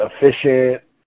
efficient